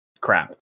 crap